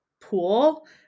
pool